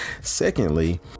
secondly